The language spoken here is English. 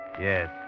Yes